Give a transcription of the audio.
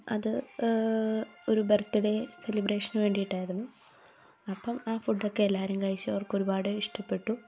അത് ഒരു ബെർത്ത്ഡേ സെലിബ്രേഷന് വേണ്ടിയിട്ടായിരുന്നു അപ്പം ആ ഫുഡ് ഒക്കെ എല്ലാവരും കഴിച്ചു അവർക്ക് ഒരുപാട് ഇഷ്ടപ്പെട്ടു